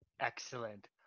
Excellent